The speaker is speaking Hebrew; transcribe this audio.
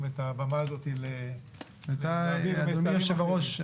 את הבמה הזאת להעביר מסרים --- אדוני היושב-ראש,